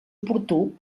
oportú